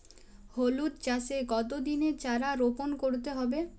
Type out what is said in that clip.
হলুদ চাষে কত দিনের চারা রোপন করতে হবে?